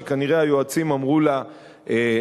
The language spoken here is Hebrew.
שכנראה היועצים אמרו לה להסתיר,